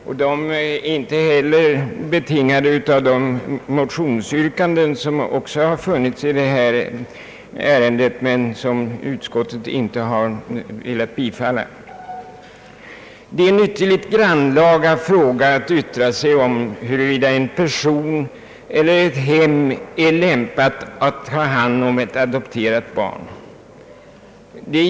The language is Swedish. De är inte heller betingade av de motionsyrkanden som har förekommit i detta ärende men som utskottet inte har velat bifalla. Det är en ytterligt grannlaga uppgift att bedöma huruvida en person eller ett hem lämpar sig att ta hand om ett adopterat barn.